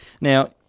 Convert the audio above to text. Now